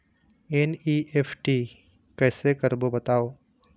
NEFT कैसे करबो बताव?